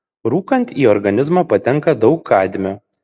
rūkant į organizmą patenka daug kadmio